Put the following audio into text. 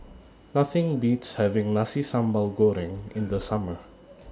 Nothing Beats having Nasi Sambal Goreng in The Summer